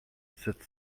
sept